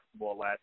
last